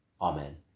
Amen